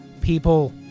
People